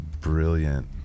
brilliant